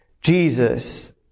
Jesus